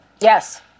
Yes